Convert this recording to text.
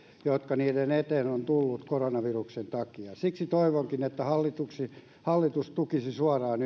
jotka niiden eteen ovat tulleet koronaviruksen takia siksi toivonkin että hallitus tukisi suoraan